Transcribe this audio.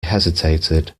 hesitated